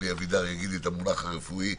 אלי אבידר יגיד מהו המונח הרפואי,